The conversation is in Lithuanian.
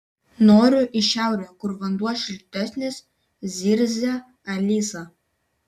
noriu į šiaurę kur vanduo šiltesnis zirzia alisa